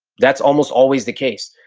that's almost always the case.